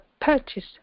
purchase